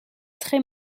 très